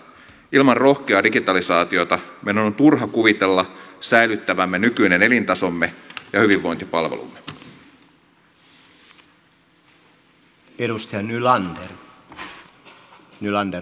ilman rohkeaa digitalisaatiota meidän on turha kuvitella säilyttävämme nykyinen elintasomme ja hyvinvointipalvelumme